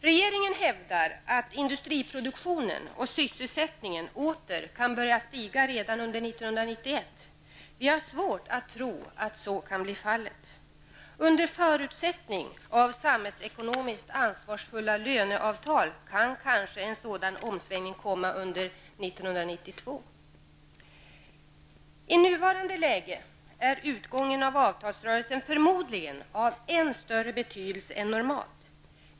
Regeringen hävdar att industriproduktionen och sysselsättningen åter kan börja stiga redan under 1991. Vi har svårt att tro att så kan bli fallet. Under förutsättning av samhällsekonomiskt ansvarsfulla löneavtal kan kanske en sådan omsvängning komma under 1992. I nuvarande läge är utgången av avtalsrörelsen förmodligen av än större betydelse än normalt.